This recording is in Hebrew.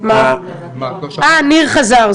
ניר חזר,